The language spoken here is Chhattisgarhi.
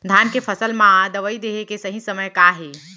धान के फसल मा दवई देहे के सही समय का हे?